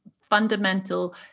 fundamental